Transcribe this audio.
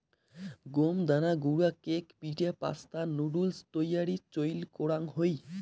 গম দানা গুঁড়া কেক, পিঠা, পাস্তা, নুডুলস তৈয়ারীত চইল করাং হই